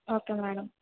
okay madam